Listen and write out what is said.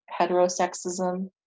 heterosexism